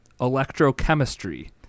electrochemistry